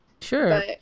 Sure